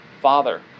Father